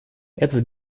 этот